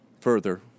further